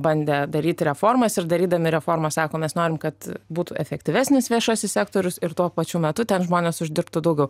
bandė daryt reformas ir darydami reformas sako mes norim kad būtų efektyvesnis viešasis sektorius ir tuo pačiu metu ten žmonės uždirbtų daugiau